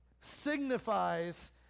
signifies